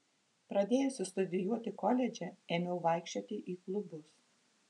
pradėjusi studijuoti koledže ėmiau vaikščioti į klubus